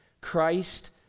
Christ